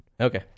Okay